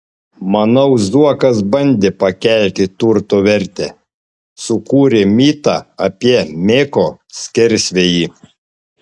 manau zuokas bandė pakelti turto vertę sukūrė mitą apie meko skersvėjį